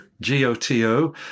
G-O-T-O